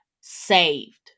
saved